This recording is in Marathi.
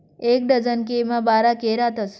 एक डझन के मा बारा के रातस